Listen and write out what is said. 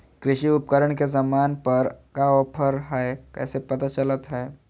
कृषि उपकरण के सामान पर का ऑफर हाय कैसे पता चलता हय?